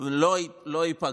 לא ייפגע,